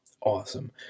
Awesome